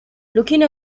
looking